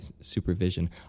supervision